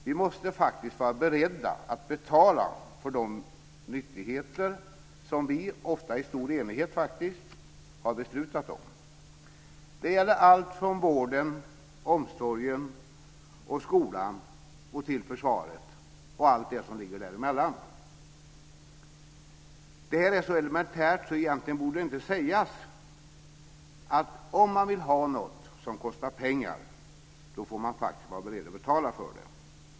Vi måste vara beredda att betala för de nyttigheter som vi, ofta i stor enighet, har beslutat om. Det gäller allt från vården, omsorgen och skolan till försvaret och allt däremellan. Det är så elementärt att det egentligen inte borde behöva sägas, att om man vill ha något som kostar pengar så får man faktiskt vara beredd att betala för det.